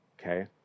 okay